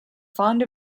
fond